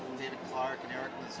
david clark, and eric